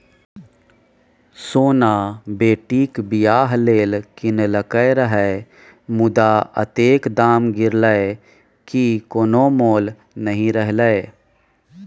सोना बेटीक बियाह लेल कीनलकै रहय मुदा अतेक दाम गिरलै कि कोनो मोल नहि रहलै